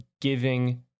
giving